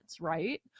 right